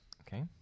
Okay